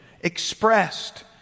expressed